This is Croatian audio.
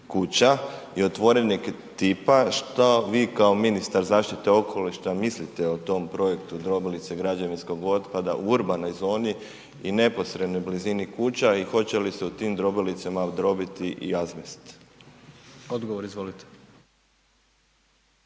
kuća i otvorenog tipa, što vi kao ministar zaštite okoliša mislite o tom projekta drobilice građevinskog otpada u urbanoj zoni i neposrednoj blizini kuća i hoće li se u tim drobilicama udrobiti i azbest? **Jandroković,